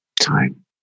time